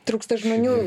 trūksta žmonių